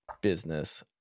business